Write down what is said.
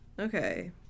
okay